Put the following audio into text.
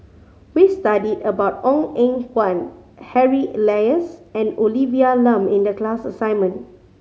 we studied about Ong Eng Guan Harry Elias and Olivia Lum in the class assignment